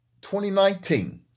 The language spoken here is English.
2019